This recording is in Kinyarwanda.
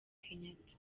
kenyatta